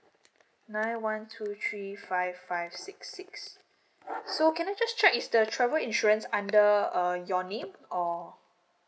nine one two three five five six six so can I just check is the travel insurance under uh your name or